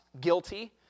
guilty